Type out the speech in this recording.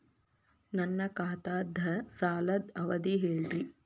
ನನ್ನ ಖಾತಾದ್ದ ಸಾಲದ್ ಅವಧಿ ಹೇಳ್ರಿ